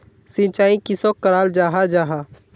सिंचाई किसोक कराल जाहा जाहा?